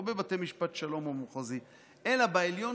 לא בבתי משפט שלום ומחוזי אלא בעליון,